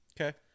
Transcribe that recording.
Okay